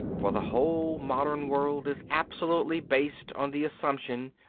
for the whole modern world is absolutely based on the assumption,